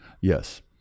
Yes